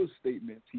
statements